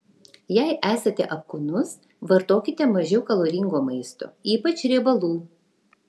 jei esate apkūnus vartokite mažiau kaloringo maisto ypač riebalų